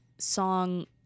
song